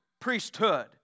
priesthood